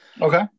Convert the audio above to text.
Okay